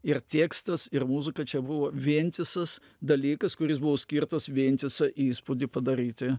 ir tekstas ir muzika čia buvo vientisas dalykas kuris buvo skirtas vientisą įspūdį padaryti